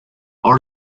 all